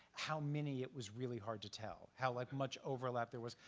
how many it was really hard to tell. how like much overlap there was.